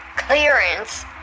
Clearance